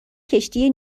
کشتی